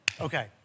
Okay